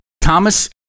Thomas